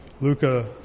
Luca